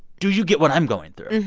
do you get what i'm going through?